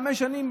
חמש שנים,